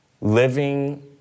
living